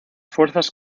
fuerzas